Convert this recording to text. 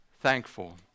thankful